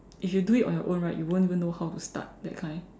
if you do it on your own right you won't even know how to start that kind